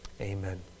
Amen